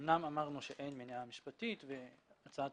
אמנם אמרנו שאין מניעה משפטית והצעת